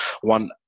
one